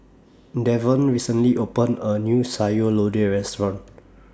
Devon recently opened A New Sayur Lodeh Restaurant